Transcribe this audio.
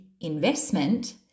investment